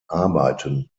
arbeiten